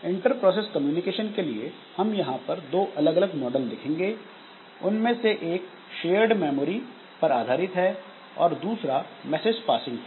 inter process communication के लिए हम यहां पर दो अलग अलग मॉडल देखेंगे उनमें से एक शेयर्ड मेमोरी पर आधारित है और दूसरा मैसेज पासिंग पर